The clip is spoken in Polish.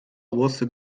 włosy